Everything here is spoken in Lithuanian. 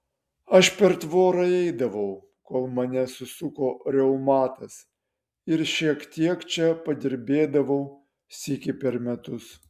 aš per tvorą įeidavau kol mane susuko reumatas ir šiek tiek čia padirbėdavau sykį per metus